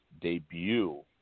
debut